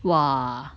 !wah!